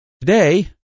Today